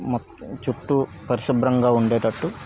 మొత్తం చుట్టూ పరిశుభ్రంగా ఉండేటట్టు